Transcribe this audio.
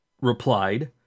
replied